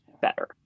better